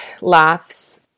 laughs